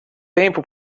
tempo